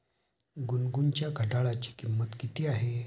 गुनगुनच्या घड्याळाची किंमत किती आहे?